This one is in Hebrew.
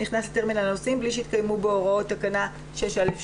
שנכנס לטרמינל היוצאים בלי שהתקיימו בו הוראות תקנה 6(א)(2).